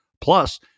plus